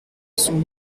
son